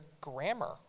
grammar